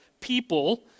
people